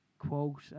quote